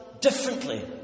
differently